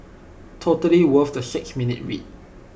totally worth the six minutes read